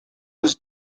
was